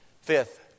Fifth